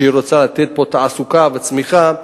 שהיא רוצה לתת פה תעסוקה וצמיחה.